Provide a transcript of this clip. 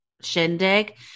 shindig